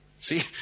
See